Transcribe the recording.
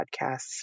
podcasts